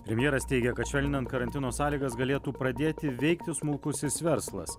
premjeras teigia kad švelninant karantino sąlygas galėtų pradėti veikti smulkusis verslas